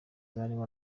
harimo